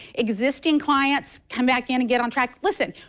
existing clients come back in and get on track. listen,